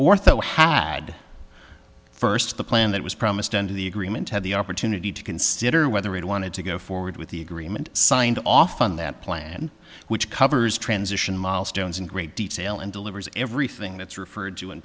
forth that had first the plan that was promised under the agreement had the opportunity to consider whether it wanted to go forward with the agreement signed off on that plan which covers transition milestones in great detail and delivers everything that's referred